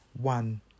one